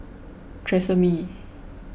Tresemme